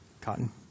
Cotton